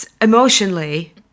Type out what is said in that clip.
Emotionally